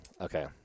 okay